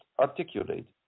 articulate